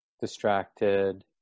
distracted